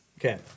Okay